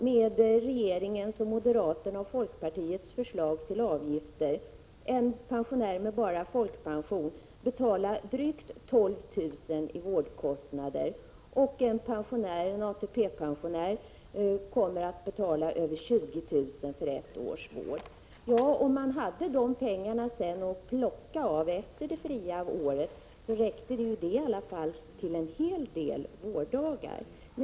Med regeringens, moderaternas och folkpartiets förslag till avgifter kommer en pensionär som bara har folkpension att få betala drygt 12 000 kr. i vårdkostnader för ett år. En ATP-pensionär kommer att få betala över 20 000 kr. för ett års vård. Om de hade de pengarna att tillgå efter det avgiftsfria året skulle det räcka till en hel del vårddagar.